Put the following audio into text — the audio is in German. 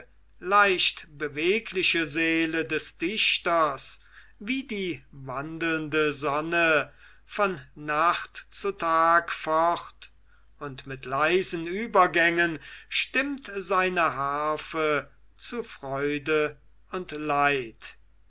leichtbewegliche seele des dichters wie die wandelnde sonne von nacht zu tag fort und mit leisen übergängen stimmt seine harfe zu freude und leid